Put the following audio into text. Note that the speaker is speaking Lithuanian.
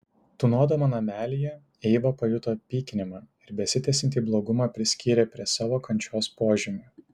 tūnodama namelyje eiva pajuto pykinimą ir besitęsiantį blogumą priskyrė prie savo kančios požymių